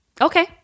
Okay